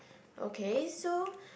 okay so